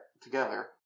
together